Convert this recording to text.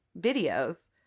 videos